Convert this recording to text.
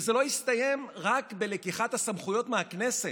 וזה לא הסתיים רק בלקיחת הסמכויות מהכנסת.